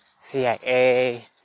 cia